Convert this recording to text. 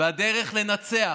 והדרך לנצח